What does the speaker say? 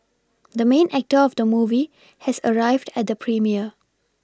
the main actor of the movie has arrived at the premiere